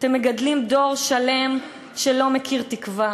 אתם מגדלים דור שלם שלא מכיר תקווה.